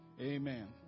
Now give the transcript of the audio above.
Amen